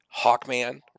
Hawkman